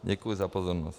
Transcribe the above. Děkuji za pozornost.